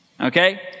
okay